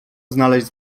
znaleźć